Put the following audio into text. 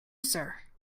sir